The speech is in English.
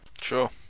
Sure